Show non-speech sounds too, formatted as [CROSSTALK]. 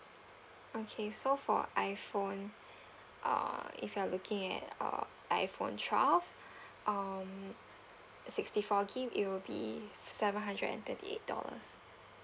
okay so for iphone uh if you are looking at uh iphone twelve [BREATH] um uh sixty four GIG it will be seven hundred and thirty eight dollars